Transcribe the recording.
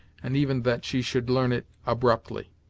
and even that she should learn it abruptly.